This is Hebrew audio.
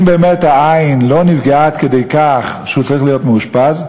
אם באמת העין לא נפגעה עד כדי כך שהוא צריך להיות מאושפז,